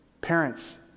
Parents